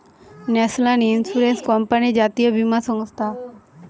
national insurance company জাতীয় বীমা সংস্থা